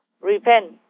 repent